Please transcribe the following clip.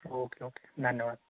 okay okay धन्यवाद